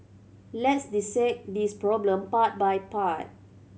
let's dissect this problem part by part